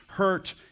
hurt